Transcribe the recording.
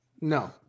No